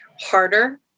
harder